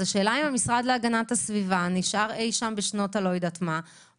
השאלה אם המשרד להגנת הסביבה נשאר מאחור או שהוא